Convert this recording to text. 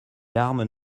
larmes